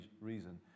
reason